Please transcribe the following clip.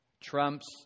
Trump's